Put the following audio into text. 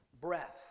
breath